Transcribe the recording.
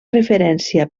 referència